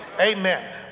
Amen